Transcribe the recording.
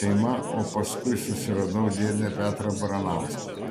šeima o paskui susiradau dėdę petrą baranauską